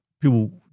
people